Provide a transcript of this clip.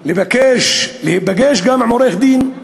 לבקש להיפגש עם עורך-דין,